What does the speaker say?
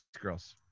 Girls